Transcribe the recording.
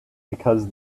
because